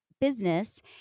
business